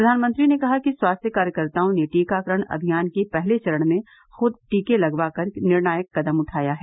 प्रधानमंत्री ने कहा कि स्वास्थ्य कार्यकर्ताओं ने टीकाकरण अभियान के पहले चरण में खुद टीके लगवाकर निर्णायक कदम उठाया है